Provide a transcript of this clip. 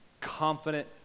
Confident